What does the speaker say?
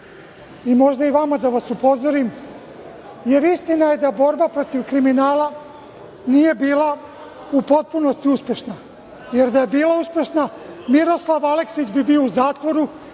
i možda i vama da vas upozorim, jer istina je da borba protiv kriminala nije bila u potpunosti uspešna, jer da je bila uspešna, Miroslav Aleksić bi bio u zatvoru,